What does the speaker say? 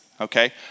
Okay